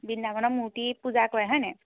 বৃন্দাবনৰ মূৰ্তি পূজা কৰে হয়নে